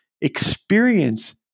experience